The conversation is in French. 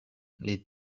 les